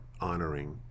honoring